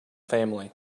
family